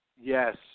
yes